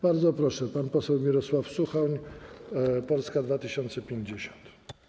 Bardzo proszę, pan poseł Mirosław Suchoń, Polska 2050.